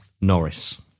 Norris